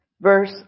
verse